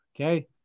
okay